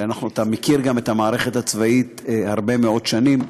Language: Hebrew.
אתה מכיר גם את המערכת הצבאית הרבה מאוד שנים,